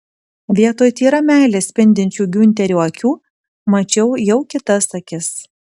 vietoj tyra meile spindinčių giunterio akių mačiau jau kitas akis